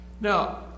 Now